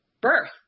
birth